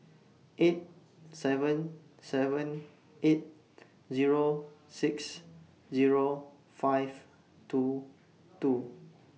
eight seven seven eight Zero six Zero five two two